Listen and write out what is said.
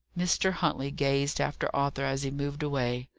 mr. huntley gazed after arthur as he moved away.